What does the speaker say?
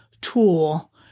tool